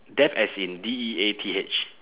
death as in D E A T H